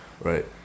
right